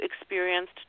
experienced